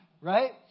right